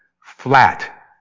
flat